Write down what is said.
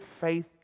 faith